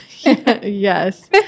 Yes